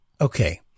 okay